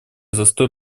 застой